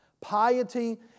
Piety